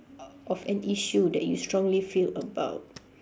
of an issue that you strongly feel about